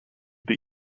that